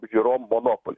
apžiūrom monopolį